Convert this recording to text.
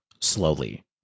slowly